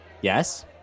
Yes